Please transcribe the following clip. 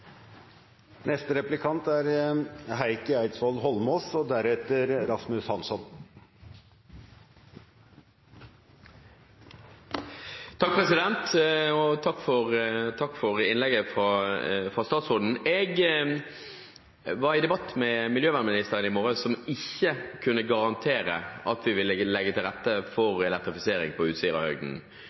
Takk for innlegget fra statsråden. Jeg var i debatt med miljøvernministeren i morges, som ikke kunne garantere at man vil legge til rette for elektrifisering på Utsirahøyden.